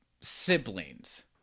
siblings